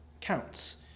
counts